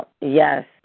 Yes